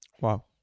Wow